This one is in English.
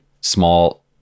Small